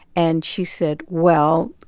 and she said, well,